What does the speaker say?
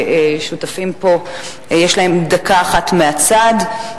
כי אתם מתייחסים לדוח שמתייחס לשתי קדנציות קודמות,